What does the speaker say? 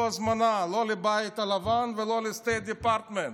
הזמנה לא לבית הלבן ולא ל-state department.